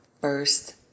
first